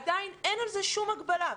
עדיין אין על זה שום הגבלה.